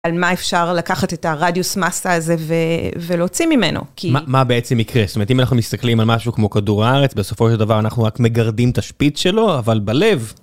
על מה אפשר לקחת את הרדיוס מסה הזה ולהוציא ממנו, כי... מה בעצם יקרה? זאת אומרת, אם אנחנו מסתכלים על משהו כמו כדור הארץ, בסופו של דבר אנחנו רק מגרדים את השפיץ שלו, אבל בלב...